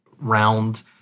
round